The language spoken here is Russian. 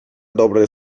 добрые